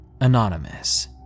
Anonymous